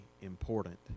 important